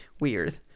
weird